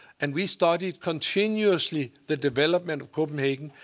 and we studied continuously the development of copenhagen.